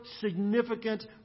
significant